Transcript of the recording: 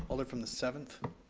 um alder from the seventh.